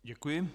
Děkuji.